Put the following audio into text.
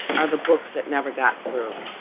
are the books that never got through.